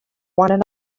one